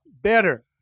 better